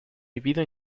vivido